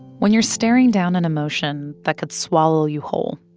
when you're staring down an emotion that could swallow you whole,